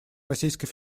российской